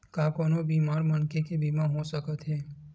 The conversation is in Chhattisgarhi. का कोनो बीमार मनखे के बीमा हो सकत हे?